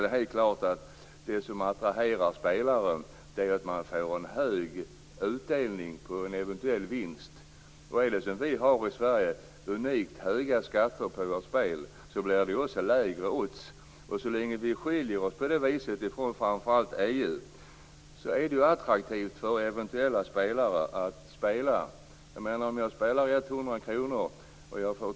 Det som attraherar spelare är att de får en högre utdelning på eventuella vinster. I Sverige har vi unikt höga skatter på spel, och då blir också oddsen lägre. Så länge som vi skiljer oss på den punkten från framför allt andra EU-länder är det attraktivt att spela på utländska lotterier.